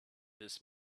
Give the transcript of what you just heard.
this